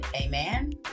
Amen